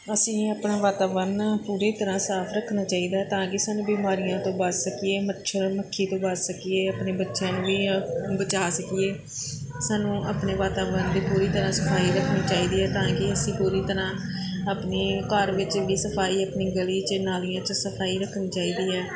ਅਸੀਂ ਆਪਣਾ ਵਾਤਾਵਰਨ ਪੂਰੀ ਤਰ੍ਹਾਂ ਸਾਫ ਰੱਖਣਾ ਚਾਹੀਦਾ ਤਾਂ ਕਿ ਸਾਨੂੰ ਬਿਮਾਰੀਆਂ ਤੋਂ ਬਚ ਸਕੀਏ ਮੱਛਰ ਮੱਖੀ ਤੋਂ ਬਚ ਸਕੀਏ ਆਪਣੇ ਬੱਚਿਆਂ ਨੂੰ ਵੀ ਬਚਾ ਸਕੀਏ ਸਾਨੂੰ ਆਪਣੇ ਵਾਤਾਵਰਨ ਦੀ ਪੂਰੀ ਤਰ੍ਹਾਂ ਸਫਾਈ ਰੱਖਣੀ ਚਾਹੀਦੀ ਹੈ ਤਾਂ ਕਿ ਅਸੀਂ ਪੂਰੀ ਤਰ੍ਹਾਂ ਆਪਣੇ ਘਰ ਵਿੱਚ ਦੀ ਸਫਾਈ ਆਪਣੀ ਗਲੀ 'ਚ ਨਾਲੀਆਂ 'ਚ ਸਫਾਈ ਰੱਖਣੀ ਚਾਹੀਦੀ ਹੈ